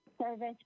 service